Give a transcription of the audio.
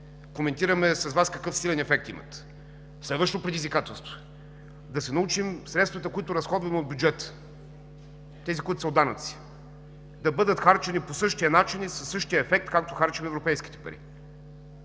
Коментираме с Вас какъв силен ефект имат. Следващото предизвикателство – да се научим средствата, които разходваме от бюджета, тези които са от данъци, да бъдат харчени по същия начин и със същия ефект, както харчим европейските пари.